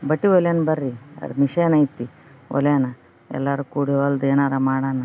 ಬಟ್ಟೆ ಹೊಲಿಯಣ ಬರ್ರಿ ಅದು ಮಿಷನ್ ಐತಿ ಹೊಲಿಯಾನ ಎಲ್ಲರು ಕೂಡಿ ಹೊಲ್ದು ಏನಾರ ಮಾಡಣ